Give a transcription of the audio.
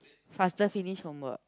faster finish homework